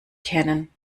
kennen